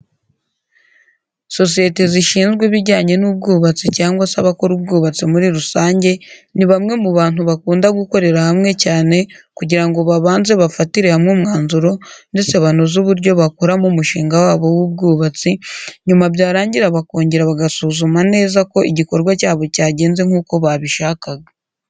Sosiyete zishinzwe ibijyanye n’ubwubatsi cyangwa se abakora ubwubatsi muri rusange, ni bamwe mu bantu bakunda gukorera hamwe cyane kugira ngo babanze bafatire hamwe umwanzuro ndetse banoze uburyo bakoramo umushinga wabo w’ubwubatsi, nyuma byarangira bakongera bagasuzuma neza ko igikorwa cyabo cyagenze nk’uko babishakaga.